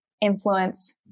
influence